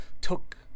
took